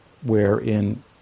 wherein